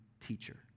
teacher